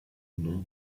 nom